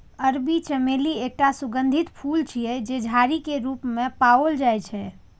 अरबी चमेली एकटा सुगंधित फूल छियै, जे झाड़ी के रूप मे पाओल जाइ छै